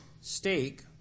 steak